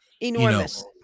enormous